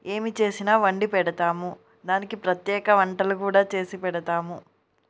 ఏమి చేసినా వండి పెడతాము దానికి ప్రత్యేక వంటలు కూడా చేసి పెడతాము